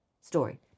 story